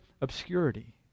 obscurity